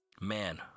Man